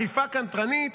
אכיפה קנטרנית?